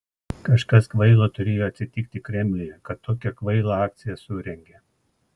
kažkas kvailo turėjo atsitiki kremliuje kad tokią kvailą akciją surengė